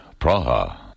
Praha. (